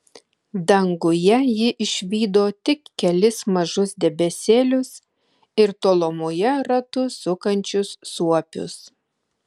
danguje ji išvydo tik kelis mažus debesėlius ir tolumoje ratu sukančius suopius